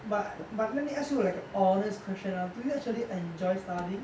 but but let me ask you like a honest question ah do you actually enjoy studying